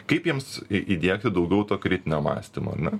kaip jiems įdiegti daugiau to kritinio mąstymo na